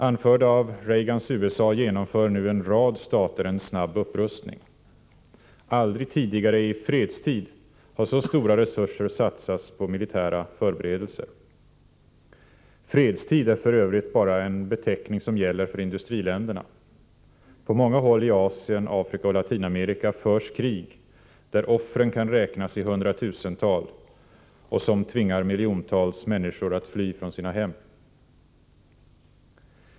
Anförda av Reagans USA genomför nu en rad stater en snabb upprustning. Aldrig tidigare i fredstid har så stora resurser satsats på militära förberedelser. ”Fredstid” är f.ö. bara en beteckning som gäller för industriländerna. På många hålli Asien, Afrika och Latinamerika förs krig, där offren kan räknas i hundratusental och som tvingar miljontals människor att fly från sina hem.